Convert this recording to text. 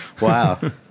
Wow